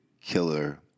killer